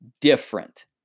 different